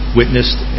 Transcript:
witnessed